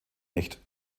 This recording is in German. nicht